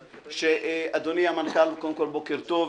אדוני המנכ"ל, בוקר טוב.